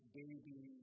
baby